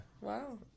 Wow